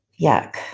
Yuck